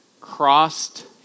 crossed